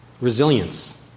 Resilience